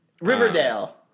Riverdale